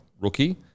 rookie